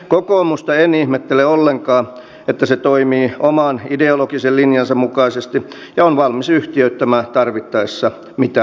kokoomusta en ihmettele ollenkaan että se toimii oman ideologisen linjansa mukaisesti ja on valmis yhtiöittämään tarvittaessa mitä vain